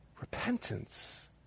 Repentance